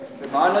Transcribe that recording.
שבועיים.